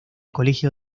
colegio